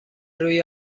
روی